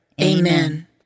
Amen